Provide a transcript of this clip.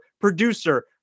producer